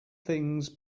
things